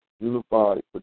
unified